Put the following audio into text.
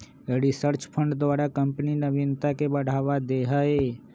research fund द्वारा company नविनता के बढ़ावा दे हइ